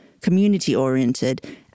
community-oriented